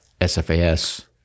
SFAS